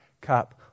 cup